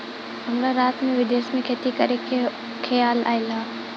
हमरा रात में विदेश में खेती करे के खेआल आइल ह